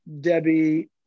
Debbie